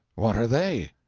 what are they?